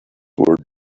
were